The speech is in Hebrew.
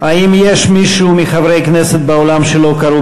האם יש מישהו מחברי הכנסת באולם שלא קראו